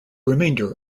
remainder